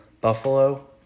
Buffalo